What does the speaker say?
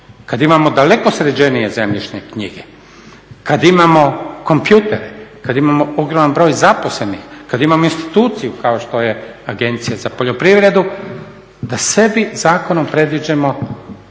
kada imamo daleko sređenije zemljišne knjige, kada imamo kompjutere, kada imamo ogroman broj zaposlenih, kada imamo instituciju kao što je Agencija za poljoprivredu da sebi zakonom predviđamo